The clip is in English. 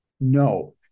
No